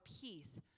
peace